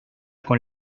con